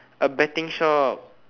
a betting shop